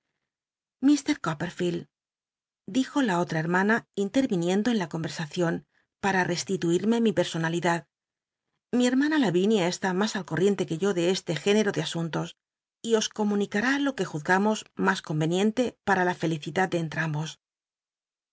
copperfield dijo la otra hermana intetviniendo en la corwcrsacion para reslítuitme mi per sonalidad mi herm ma lavinia eslü mas alcorrienle que yo de este género de asuntos y os comunicará lo que juzgamo mas corwenienle para la fel icidad de